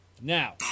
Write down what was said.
Now